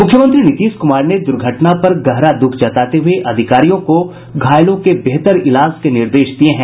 मुख्यमंत्री नीतीश कुमार ने दुर्घटना पर गहरा दुख जताते हुए अधिकारियों को घायलों के बेहतर इलाज के निर्देश दिये हैं